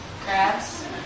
crabs